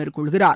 மேற்கொள்கிறார்